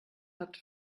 hat